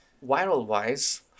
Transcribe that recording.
Viral-wise